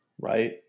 Right